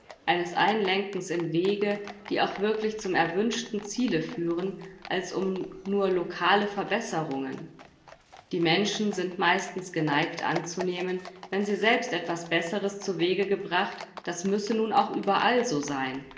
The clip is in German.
eines einlenkens in wege die auch wirklich zum erwünschten ziele führen als um nur locale verbesserungen die menschen sind meistens geneigt anzunehmen wenn sie selbst etwas besseres zu wege gebracht das müsse nun auch überall so sein